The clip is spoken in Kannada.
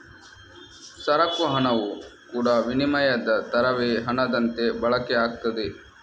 ಸರಕು ಹಣವು ಕೂಡಾ ವಿನಿಮಯದ ತರವೇ ಹಣದಂತೆ ಬಳಕೆ ಆಗ್ತದೆ